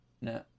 no